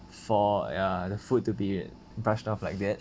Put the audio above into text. for ya the food to be brushed off like that